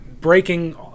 breaking